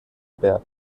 berg